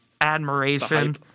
admiration